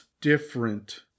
different